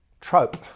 trope